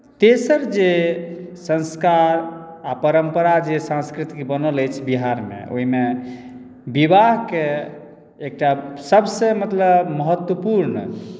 तेसर जे संस्कार आ परम्परा जे सांस्कृतिक बनल अछि बिहारमे ओहिमे विवाहकेँ एकटा सभसँ मतलब महत्वपूर्ण